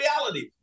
reality